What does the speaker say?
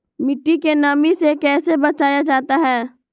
मट्टी के नमी से कैसे बचाया जाता हैं?